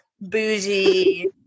bougie